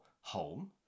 home